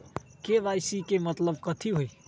KYC के मतलब कथी होई?